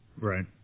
Right